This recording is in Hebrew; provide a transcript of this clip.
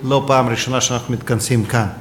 זו לא הפעם הראשונה שאנחנו מתכנסים כאן.